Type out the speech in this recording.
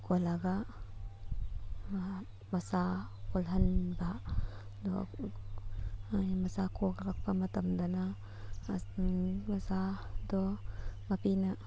ꯀꯣꯜꯂꯒ ꯃꯆꯥ ꯀꯣꯜꯍꯟꯕ ꯑꯗꯨꯒ ꯃꯆꯥ ꯀꯣꯛꯂꯛꯄ ꯃꯇꯝꯗꯅ ꯃꯆꯥꯗꯣ ꯃꯄꯤꯅ